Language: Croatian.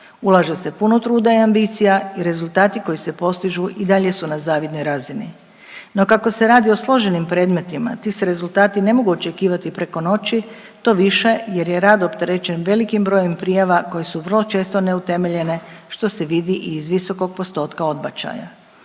Ulaže se puno truda i ambicija i rezultati koji se postižu i dalje su na zavidnoj razini. No, kako se radi o složenim predmetima ti se rezultati ne mogu očekivati preko noći to više jer je rad opterećen velikim brojem prijava koje su vrlo često neutemeljene što se vidi i iz visokog postotka odbačaja.